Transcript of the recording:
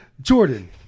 Jordan